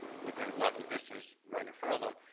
within walking distance right in front of them,